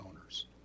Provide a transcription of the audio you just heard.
owners